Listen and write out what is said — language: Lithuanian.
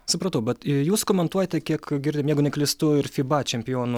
supratau bet jūs komentuojate kiek girdim jeigu neklystu ir fiba čempionų